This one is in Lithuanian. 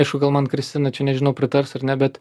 aišku gal man kristina čia nežinau pritars ar ne bet